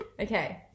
Okay